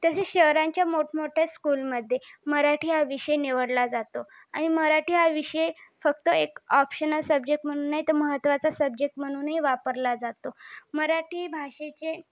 तसंच शहरांच्या मोठमोठ्या स्कूलमध्ये मराठी हा विषय निवडला जातो आणि मराठी हा विषय फक्त एक ऑप्शनल सब्जेक्ट म्हणून नाही तर महत्वाचा सब्जेक्ट म्ह्णूनही वापरला जातो मराठी भाषेचे